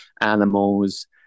animals